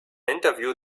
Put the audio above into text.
interview